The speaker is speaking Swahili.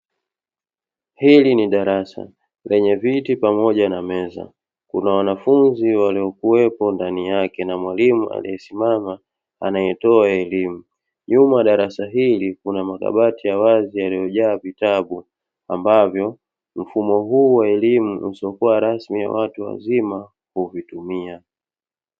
Hili ni darasa lenyee viti pamoja na meza lina wanafunzi waliopo ndani yake na mwalimu aliyesimama anayetoa elimu, mfumo wa darasa hili una madawati ya wazi yaliyojaa vitabu, ambavyo mfumo huu wa elimu usiokuwa rasmi wa watu wazima huvitumia.